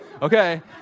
Okay